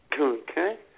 Okay